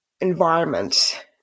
environment